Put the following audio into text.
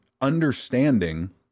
understanding